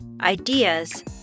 ideas